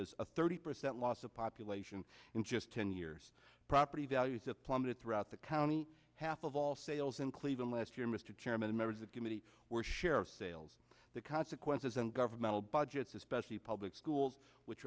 us a thirty percent loss of population in just ten years property values have plummeted throughout the county half of all sales in cleveland last year mr chairman and members of committee were share sales the consequences and governmental budgets especially public schools which